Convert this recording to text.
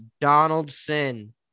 Donaldson